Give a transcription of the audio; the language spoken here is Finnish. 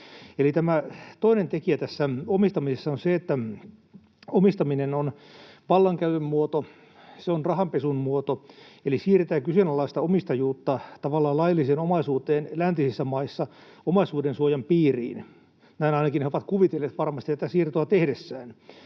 toinen tekijä tässä omistamisessa on se, että omistaminen on vallankäytön muoto, se on rahanpesun muoto, eli siirretään kyseenalaista omistajuutta tavallaan lailliseen omaisuuteen läntisissä maissa omaisuudensuojan piiriin. Näin ainakin he ovat kuvitelleet varmasti tätä siirtoa tehdessään.